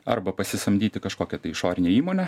arba pasisamdyti kažkokią tai išorinę įmonę